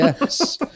yes